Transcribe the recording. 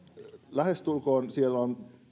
lähestulkoon kaikki toteutettu